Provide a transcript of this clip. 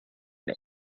ere